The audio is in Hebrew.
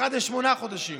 אחת לשמונה חודשים.